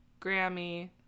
grammy